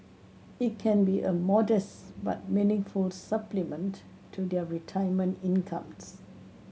it can be a modest but meaningful supplement to their retirement incomes